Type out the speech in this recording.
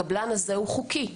הקבלן הזה הוא חוקי.